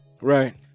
Right